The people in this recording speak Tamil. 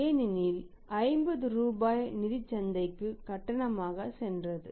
ஏனெனில் 50 ரூபாய் நிதிச் சந்தைக்கு கட்டணமாக சென்றது